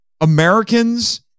Americans